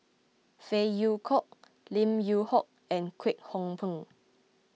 Phey Yew Kok Lim Yew Hock and Kwek Hong Png